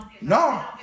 No